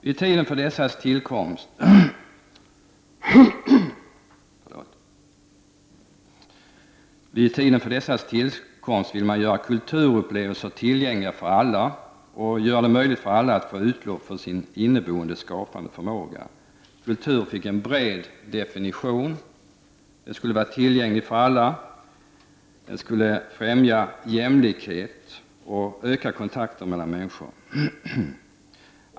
Vid tiden för dessas tillkomst ville man göra kulturupplevelser tillgängliga för alla och göra det möjligt för alla att få utlopp för sin inneboende skapande förmåga. Kulturen fick en bred definition. Den skulle vara tillgänglig för alla. Den skulle främja jämlikhet och ökade kontakter mellan människor.